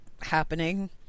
happening